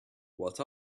what